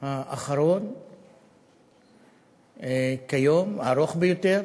האחרון כיום, הוא הארוך ביותר.